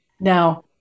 Now